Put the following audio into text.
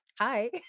Hi